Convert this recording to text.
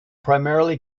primarily